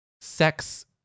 sex